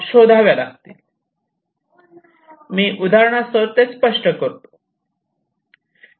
मी उदाहरणासह ते स्पष्ट करतो